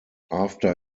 after